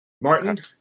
Martin